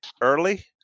early